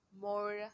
more